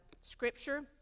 scripture